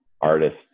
artist